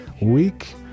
week